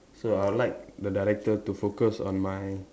so I'd like the director to focus on my